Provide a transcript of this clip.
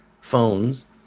phones